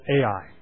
Ai